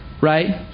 right